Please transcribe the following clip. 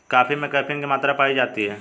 coffee में caffeine की मात्रा पाई जाती है